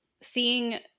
seeing